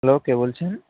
hello কে বলছেন